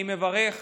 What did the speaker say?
אני מברך